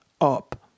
up